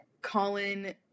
Colin